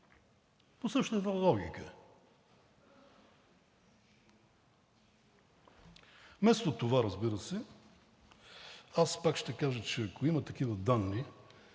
По същата логика. Вместо това, разбира се, аз пак ще кажа, че ако има такива данни